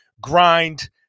grind